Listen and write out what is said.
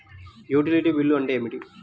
Utility bill అంటే ఏమిటి?